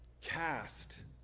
cast